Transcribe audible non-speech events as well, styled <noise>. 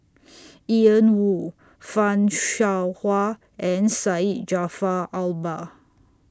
<noise> Ian Woo fan Shao Hua and Syed Jaafar Albar